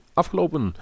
afgelopen